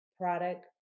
product